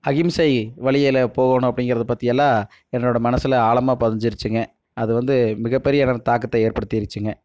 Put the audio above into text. அகிம்சை வழியில் போகணும் அப்படிங்கிறத பற்றியெல்லாம் என்னோடய மனசில் ஆழமா பதிஞ்சிருச்சுங்க அது வந்து மிகப்பெரிய தாக்கத்தை ஏற்படுத்திருச்சுங்க